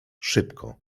szybko